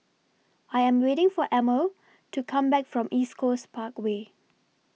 I Am waiting For Emil to Come Back from East Coast Parkway